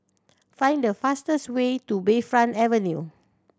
find the fastest way to Bayfront Avenue